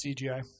CGI